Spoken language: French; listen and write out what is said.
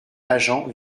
agent